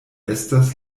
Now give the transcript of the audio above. estas